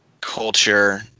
culture